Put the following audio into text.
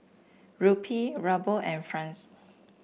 Rupee Ruble and franc